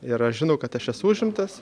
ir aš žinau kad aš esu užimtas